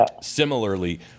similarly